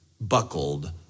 buckled